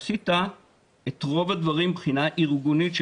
עשית את רוב הדברים שצריך לעשות מבחינה ארגונית.